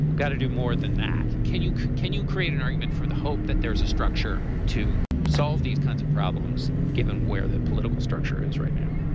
got to do more than that can you. can you create an argument for the hope that there is a structure to solve these kinds of problems given where the political structure is right now